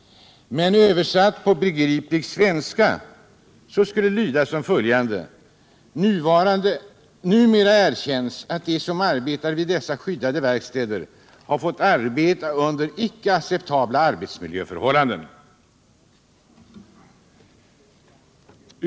Översatt på begriplig svenska skulle det lyda som följer: Numera erkänns att de som arbetar vid dessa skyddade verkstäder har fått arbeta under icke acceptabla arbetsmiljöförhållanden.